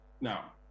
now